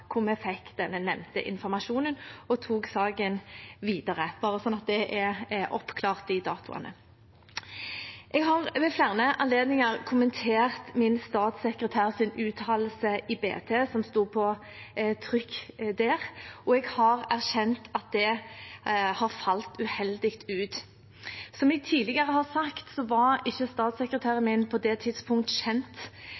hvor vi fikk denne nevnte informasjonen og tok saken videre – bare så de datoene er oppklart. Jeg har ved flere anledninger kommentert min statssekretærs uttalelse som stod på trykk i Bergens Tidende, og jeg har erkjent at det har falt uheldig ut. Som jeg tidligere har sagt, var ikke statssekretæren